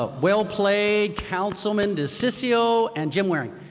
ah well played, councilman diciccio and jim waring.